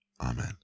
Amen